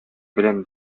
белән